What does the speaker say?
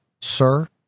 sir